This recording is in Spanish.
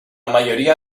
mayoría